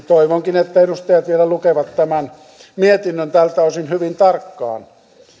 toivonkin että edustajat vielä lukevat tämän mietinnön tältä osin hyvin tarkkaan